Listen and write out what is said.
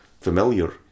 familiar